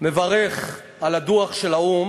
מברך על הדוח של האו"ם,